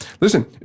Listen